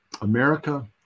America